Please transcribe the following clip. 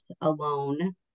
alone